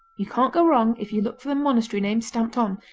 you can't go wrong if you look for the monastery name stamped on,